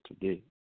today